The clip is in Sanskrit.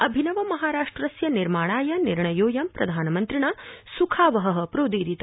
अभिनव महाराष्ट्रस्य निर्माणाय निर्णयोऽयं प्रधानमन्त्रिणा सुखावह प्रोदीरित